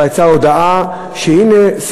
ויצאה הודעה שהנה,